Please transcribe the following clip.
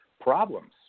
problems